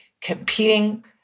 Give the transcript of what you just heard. competing